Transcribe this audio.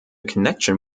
connection